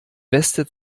beste